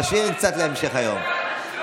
תשאירי קצת להמשך היום.